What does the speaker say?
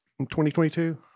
2022